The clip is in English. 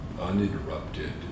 uninterrupted